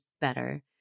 better